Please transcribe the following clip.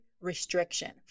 restriction